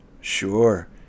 sure